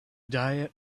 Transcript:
diet